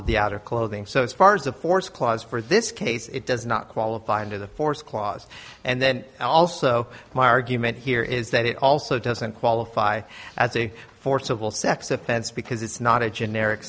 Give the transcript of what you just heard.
of the outer clothing so as far as the force clause for this case it does not qualify under the force clause and then also my argument here is that it also doesn't qualify as a forcible sex offense because it's not a generic